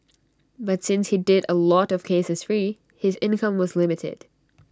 but since he did A lot of cases free his income was limited